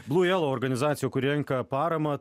blū jelau organizacija renka paramą